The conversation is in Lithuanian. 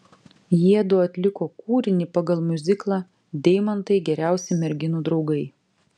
jiedu atliko kūrinį pagal miuziklą deimantai geriausi merginų draugai